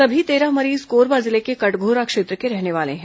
सभी तेरह मरीज कोरबा जिले के कटघोरा क्षेत्र के रहने वाले हैं